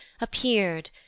appeared